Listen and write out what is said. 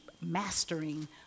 mastering